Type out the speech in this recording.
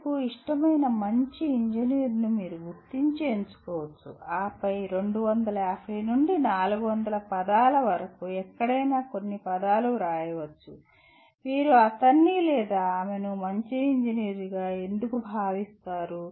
మీకు ఇష్టమైన మంచి ఇంజనీర్ను మీరు గుర్తించి ఎంచుకోవచ్చు ఆపై 250 నుండి 400 పదాల వరకు ఎక్కడైనా కొన్ని పదాలు రాయవచ్చు మీరు అతన్ని లేదా ఆమెను మంచి ఇంజనీర్గా ఎందుకు భావిస్తారు